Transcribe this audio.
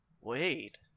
Wait